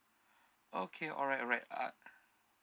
okay alright alright uh